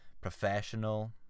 professional